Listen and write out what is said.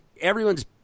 everyone's